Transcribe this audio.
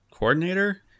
coordinator